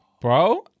Bro